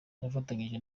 yafatanyije